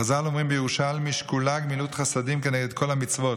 חז"ל אומרים בירושלמי: שקולה גמילות חסדים כנגד כל המצוות.